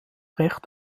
recht